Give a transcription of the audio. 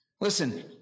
Listen